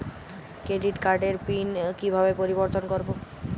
Credit কার্ডের pin কিভাবে পরিবর্তন করবো?